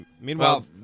Meanwhile